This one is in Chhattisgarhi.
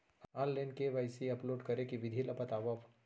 ऑनलाइन के.वाई.सी अपलोड करे के विधि ला बतावव?